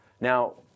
Now